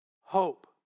hope